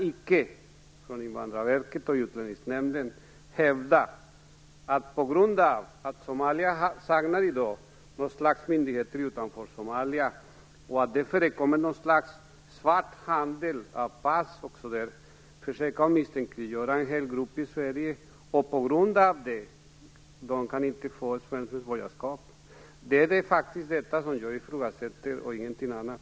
Men Invandrarverket och Utlänningsnämnden kan icke, därför att Somalia i dag saknar ett slags myndighet utanför Somalia och det förekommer någon sorts svart handel av pass osv., försöka misstänkliggöra en hel grupp i Sverige, som på grund av det inte kan få svenskt medborgarskap. Det är detta som jag ifrågasätter - ingenting annat.